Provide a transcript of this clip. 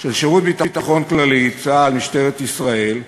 של שירות ביטחון כללי, צה"ל, משטרת ישראל,